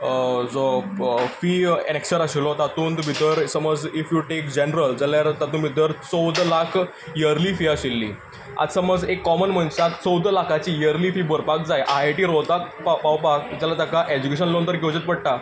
जो फी आशिल्लो तातूंत भितर समज इफ यू टॅक जेनरल जाल्यार तातूंत भितर चोवदा लाख इयर्ली फी आशिल्ली आतां समज एक कॉमन मनशाक चोवदा लाखाची इयर्ली फी भरपाक जाय आय आय टी रोहतकाक पावपाक जाल्यार ताका एज्युकेशन लोन तर घेवचेंच पडटा